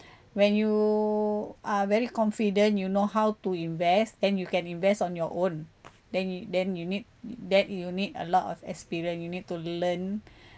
when you are very confident you know how to invest then you can invest on your own then you then you need then you need a lot of experience you need to learn